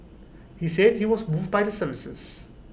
he said he was moved by the services